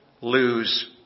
lose